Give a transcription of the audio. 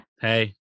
Hey